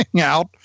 out